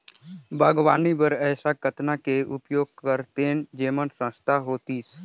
बागवानी बर ऐसा कतना के उपयोग करतेन जेमन सस्ता होतीस?